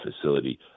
facility